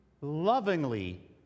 lovingly